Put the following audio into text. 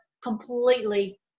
completely